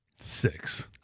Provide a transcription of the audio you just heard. Six